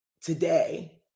Today